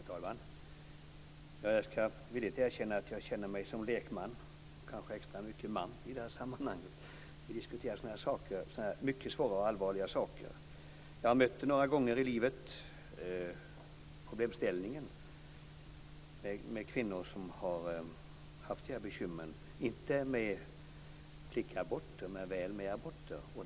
Herr talman! Jag skall villig erkänna att jag känner mig som lekman, och kanske extra mycket man i det här sammanhanget, när vi diskuterar sådana här mycket svåra och allvarliga saker. Jag har några gånger i livet mött problemställningen med kvinnor som har haft bekymmer inte med flickaborter men väl men aborter.